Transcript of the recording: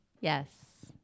Yes